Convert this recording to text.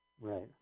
Right